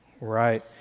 Right